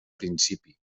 principi